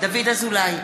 דוד אזולאי,